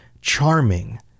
charming